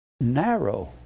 narrow